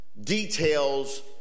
details